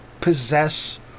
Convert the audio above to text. possess